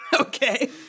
okay